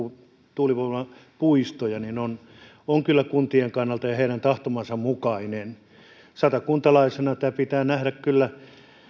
tuulivoimapuistoja on on kyllä kuntien kannalta heidän tahtomansa mukainen satakuntalaisena tämä pitää nähdä kyllä